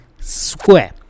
square